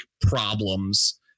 problems